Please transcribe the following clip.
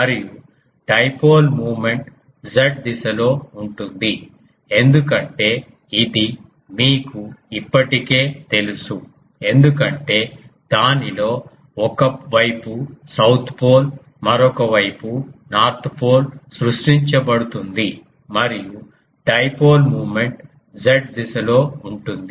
మరియు dipole moment z దిశలో ఉంటుంది ఎందుకంటే ఇది మీకు ఇప్పటికే తెలుసు ఎందుకంటే దానిలో ఒక వైపు సౌత్ పోల్ మరొక వైపు నార్త్ పోల్ సృష్టించబడుతుంది మరియు డైపోల్ మూమెంట్ Z దిశలో ఉంటుంది